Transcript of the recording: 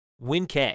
WinK